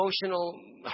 emotional